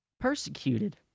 persecuted